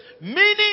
Meaning